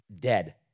dead